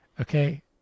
Okay